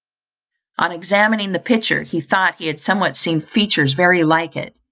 on examining the picture, he thought he had somewhere seen features very like it,